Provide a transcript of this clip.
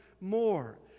more